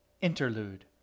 Interlude